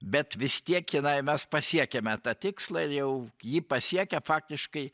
bet vis tiek jinai mes pasiekiame tą tikslą ir jau jį pasiekę faktiškai